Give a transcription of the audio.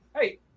Hey